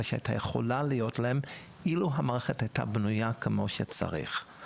שהייתה יכולה להיות להם אילו המערכת הייתה בנויה כמו שצריך.